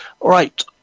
Right